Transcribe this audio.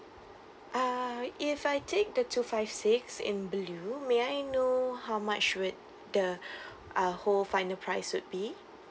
ah if I take the two five six in blue may I know how much would the uh whole final price would be